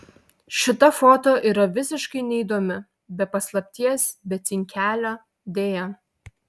šita foto yra visiškai neįdomi be paslapties be cinkelio deja